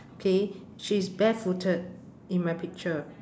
okay she's barefooted in my picture